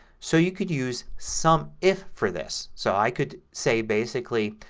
so you could use sum if for this. so i could say, basically,